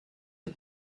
des